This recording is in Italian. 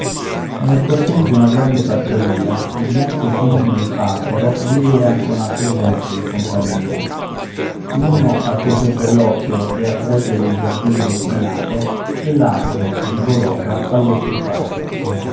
nel cortil d'una grande fattoria il bianco cigno e il papero vivean coll'altre bestie in compagnia l'uno al piacer dell'occhio e a fregio dei giardini destinato e l'altro dico l'oca allo stufato